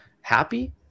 Happy